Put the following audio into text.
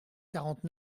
quarante